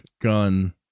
gun